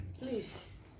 Please